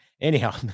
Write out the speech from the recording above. Anyhow